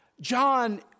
John